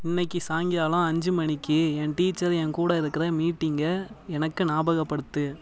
இன்னைக்கி சாயங்காலம் அஞ்சு மணிக்கு என் டீச்சர் என் கூட இருக்கிற மீட்டிங்கை எனக்கு நாபகப்படுத்து